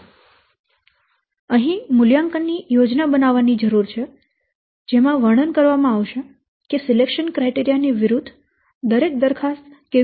તેથી અહીં મૂલ્યાંકન ની યોજના બનાવવાની જરૂર છે જેમાં વર્ણન કરવામાં આવશે કે સિલેકશન ક્રાઈટેરિયા ની વિરુદ્ધ દરેક દરખાસ્ત કેવી રીતે ચેક કરવામાં આવશે